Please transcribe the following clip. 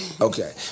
Okay